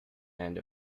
end